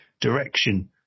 direction